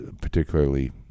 particularly